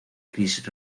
chris